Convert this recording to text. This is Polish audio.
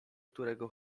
którego